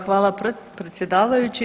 Hvala predsjedavajući.